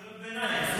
מה, קריאות ביניים אסור?